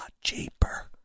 cheaper